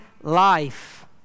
life